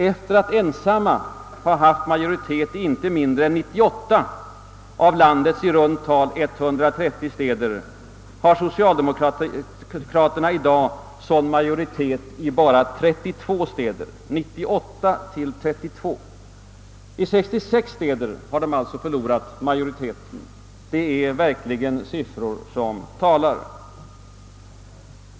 Efter att ensamma ha haft majoritet i inte mindre än 98 av landets i runt tal 130 städer har sociaidemokraterna i dag majoritet i bara 32 — från 98 till 32. I 66 städer har de alltså förlorat majoriteten. Det är verkligen siffror som talar.